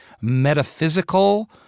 metaphysical